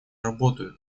работают